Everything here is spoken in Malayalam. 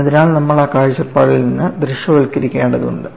അതിനാൽ നമ്മൾ ആ കാഴ്ചപ്പാടിൽ നിന്ന് ദൃശ്യവൽക്കരിക്കേണ്ടതുണ്ട്